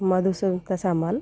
Madhusmita Samal